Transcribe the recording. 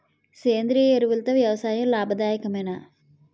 సేంద్రీయ ఎరువులతో వ్యవసాయం లాభదాయకమేనా?